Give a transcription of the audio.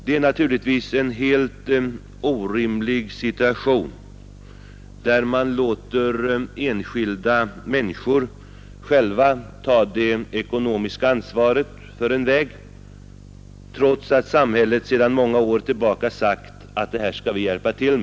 Det är naturligtvis en helt orimlig situation, där man låter enskilda människor själva ta det ekonomiska ansvaret för en väg trots att samhället sedan många år tillbaka sagt att det skall hjälpa till.